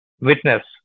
witness